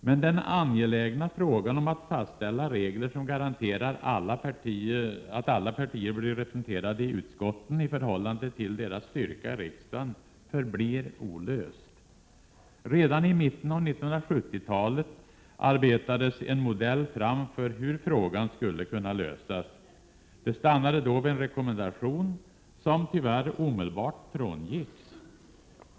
Men den angelägna frågan om att fastställa regler som garanterar att alla parter blir representerade i utskotten i förhållande till deras styrka i riksdagen förblir olöst. Redan i mitten av 1970-talet arbetades en modell fram för hur frågan skulle kunna lösas. Det stannade då vid en rekommendation, som tyvärr omedelbart frångicks.